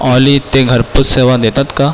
ऑली ते घरपोच सेवा देतात का